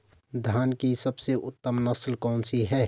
धान की सबसे उत्तम नस्ल कौन सी है?